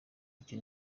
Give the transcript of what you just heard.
icyo